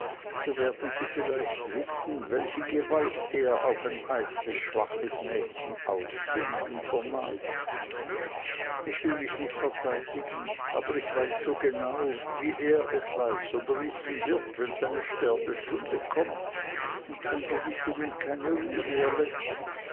so werden sie vielleicht wissen welche gewalt er auf ein eitles schwaches mädchen auszuüben vermag ich will mich nicht verteidigen aber ich weiß so genau wie er es weiß oder wissen wird wenn seine sterbestunde kommt und sein gewissen ihm keine ruhe mehr läßt